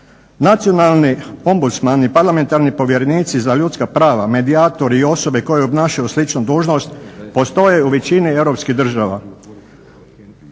Nacionalni ombudsmani i parlamentarni povjerenici za ljudska prava, medijatori i osobe koji obnašaju sličnu dužnost postoje u većini europskih država